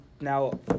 now